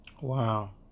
Wow